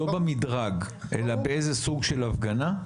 לא במדרג אלא באיזה סוג של הפגנה?